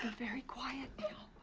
very quiet now.